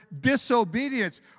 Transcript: disobedience